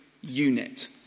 unit